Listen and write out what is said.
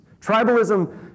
Tribalism